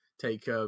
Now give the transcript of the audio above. take